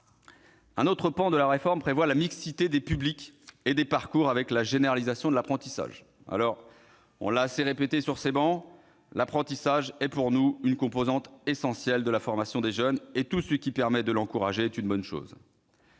Un autre pan de la réforme prévoit la mixité des publics et des parcours, avec la généralisation de l'apprentissage. Nous l'avons assez répété sur ces travées, l'apprentissage est pour nous une composante essentielle de la formation des jeunes, et tout ce qui permet de l'encourager est une bonne chose.